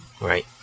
right